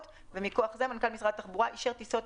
ומכוח זה מנכ"ל משרד התחבורה אישר טיסות,